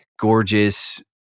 gorgeous